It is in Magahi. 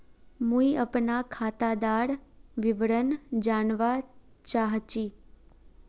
मुई अपना खातादार विवरण जानवा चाहची?